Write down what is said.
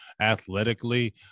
athletically